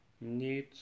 need